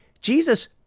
Jesus